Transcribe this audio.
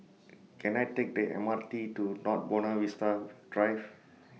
Can I Take The M R T to North Buona Vista Drive